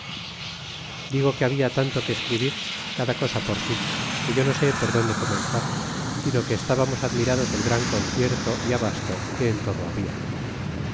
digo que babia tanto que escribir cada cosa por si que yo no sé por donde comenzar sino que estábamos admirados del gran concierto é abasto que en todo había